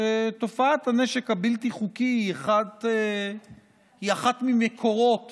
שתופעת הנשק הבלתי-חוקי היא אחת ממקורות